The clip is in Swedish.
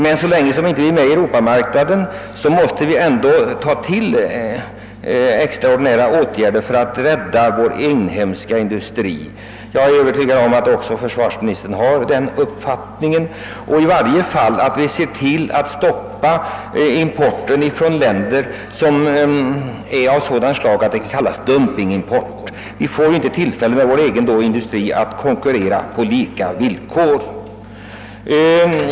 Men så länge vi inte är med i Europamarknaden måste vi dock ta till extraordinära åtgärder för att rädda den inhemska industrin. Jag hoppas att försvarsministern också har denna uppfattning. I varje fall måste vi stoppa den import som är att betrakta som dumping; vår egen industri får ingen möjlighet att konkurrera på lika villkor.